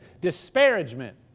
Disparagement